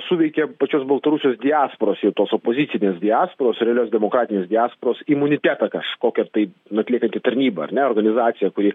suveikė pačios baltarusijos diasporos jau tos opozicinės diasporos realios demokratinės diasporos imunitetas kažkokia tai atliekanti tarnyba ar ne organizacija kuri